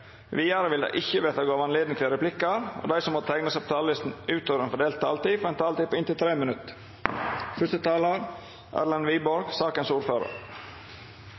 Vidare vil det ikkje verta gjeve høve til replikkar, og dei som måtte teikna seg på talarlista utover den fordelte taletida, får ei taletid på inntil 3 minutt.